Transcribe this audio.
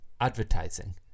advertising